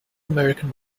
american